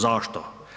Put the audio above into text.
Zašto?